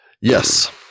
yes